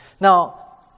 Now